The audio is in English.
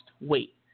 wait